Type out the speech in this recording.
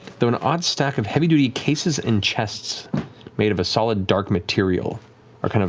though an odd stack of heavy duty cases and chests made of a solid dark material are kind of